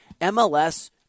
MLS